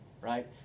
right